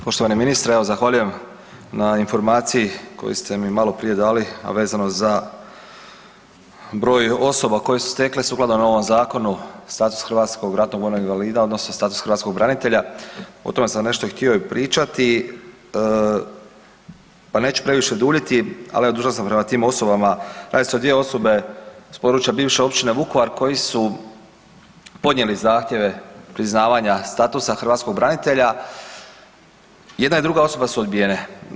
Poštovani ministre, evo zahvaljujem na informaciji koju ste mi maloprije dali a vezano za broj osoba koje su stekle sukladno ovom zakonu status hrvatskog ratnog vojnog invalida, odnosno status hrvatskog branitelja o tome sam nešto htio i pričati pa neću previše duljite, ali evo dužan sam prema tim osobama, radi se o dvije osobe s područja bivše općine Vukovar koji su podnijeli zahtjeve priznavanja statusa hrvatskog branitelja, jedna i druga osoba su odbijene.